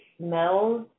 smells